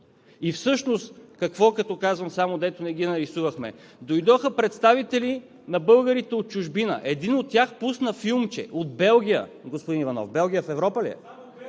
Всъщност какво, като казвам „само дето не ги нарисувахме“? Дойдоха представители на българите от чужбина, един от тях пусна филмче от Белгия, господин Иванов. Белгия в Европа ли е?